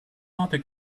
note